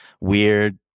weird